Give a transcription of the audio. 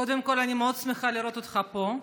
קודם כול, אני מאוד שמחה לראות אותך פה,